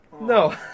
No